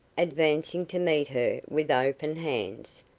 advancing to meet her with open hands,